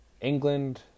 England